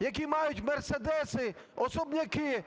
які мають "мерседеси", особняки